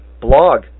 blog